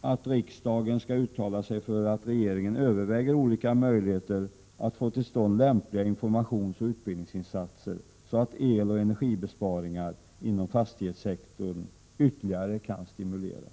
att riksdagen skall uttala sig för att regeringen överväger olika möjligheter att få till stånd lämpliga informationsoch utbildningsinsatser, så att eloch energibesparingar inom fastighetssektorn kan stimuleras ytterligare.